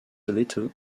little